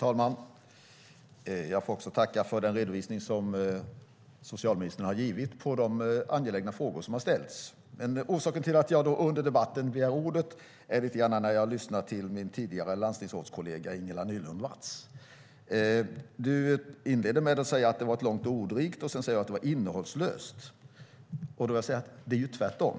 Fru talman! Också jag får tacka för den redovisning som socialministern har givit i de angelägna frågor som har ställts. Orsaken till att jag under debatten begär ordet är att jag lyssnar till min tidigare landstingsrådskollega Ingela Nylund Watz. Du inledde med att säga att det var ett långt och ordrikt svar. Sedan säger du att det var innehållslöst. Jag vill säga att det är tvärtom.